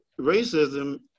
racism